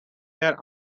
their